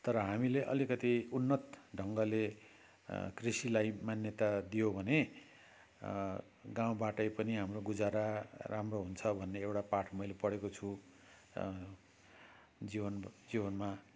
तर हामीले अलिकति उन्नत ढङ्गले कृषिलाई मान्यता दियो भने गाउँबाटै पनि हाम्रो गुजारा राम्रो हुन्छ भन्ने एउटा पाठ मैले पढेको छु जीवन जीवनमा